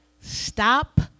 stop